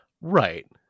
right